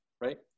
Right